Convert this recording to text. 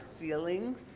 feelings